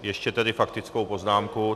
Ještě vidím faktickou poznámku.